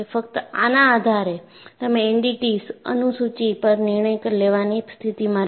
ફક્ત આના આધારે તમે એનડીટી અનુસુચિ પર નિર્ણય લેવાની સ્થિતિમાં રહેશો